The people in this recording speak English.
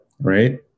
right